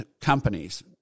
companies